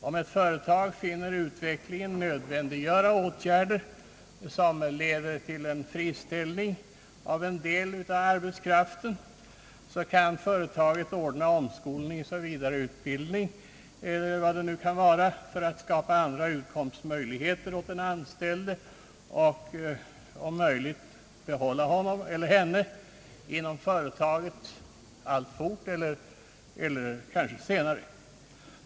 Om ett företag finner att utvecklingen kräver åtgärder som leder till friställning av en del arbetskraft, så kan företaget ordna omskolning, vidareutbildning eller vad det nu kan vara för att skapa andra utkomstmöjligheter åt den anställde och om möjligt behålla honom eller henne inom företaget alltfort eller kanske senare.